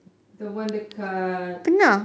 the one dekat